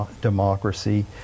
democracy